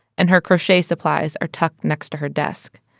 and her crochet supplies are tucked next to her desk.